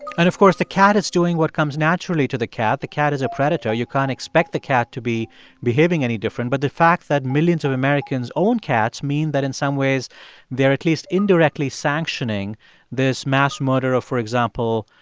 and, of course, the cat is doing what comes naturally to the cat. the cat is a predator. you can't expect the cat to be behaving any different. but the fact that millions of americans own cats mean that in some ways they're at least indirectly sanctioning this mass murder of, for example,